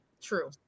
true